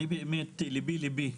באמת לבי לבי